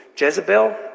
Jezebel